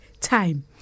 time